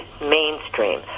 mainstream